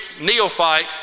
neophyte